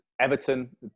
Everton